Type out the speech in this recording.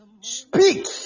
Speak